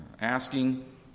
asking